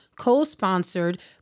co-sponsored